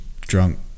drunk